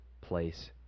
place